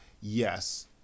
yes